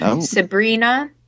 Sabrina